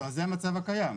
זה המצב הקיים.